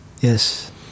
Yes